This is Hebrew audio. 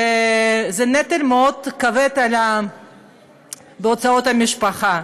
וזה נטל מאוד כבד בהוצאות המשפחה.